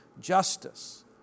justice